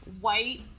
white